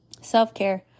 Self-care